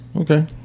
Okay